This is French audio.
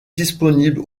disponible